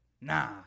Nah